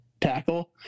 tackle